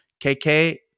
KK